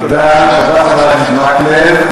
תודה רבה, חבר הכנסת מקלב.